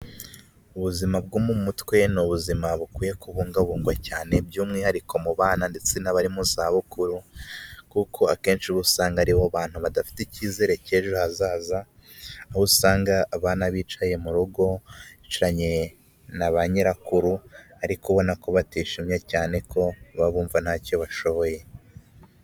Ubuzima bwo mu mutwe n'ubuzima bukwiye kubungwabungwa cyane by'umwihariko mu bana ndetse n'abari mu zabukuru kuko akenshi usanga aribo bantu badafite icyizere cy'ejo hazaza aho usanga abana bicaye mu rugoranye na ba nyirakuru ariko ubona ko batishimye cyane ko baba bumva ntacyo bashoboye.